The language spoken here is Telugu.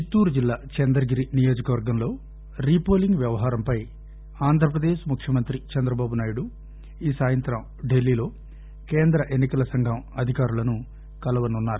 చిత్తూరు జిల్లా చంద్రగిరి నియోజకవర్గంలో రీపోలింగ్ వ్యవహారంపై ఆంధ్రప్రదేశ్ ముఖ్యమంత్రి చంద్రబాబునాయుడు ఈ సాయంత్రం ఢిల్లీలో కేంద్ర ఎన్పి కల సంఘం అధికారులను కలవనున్నారు